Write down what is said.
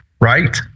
right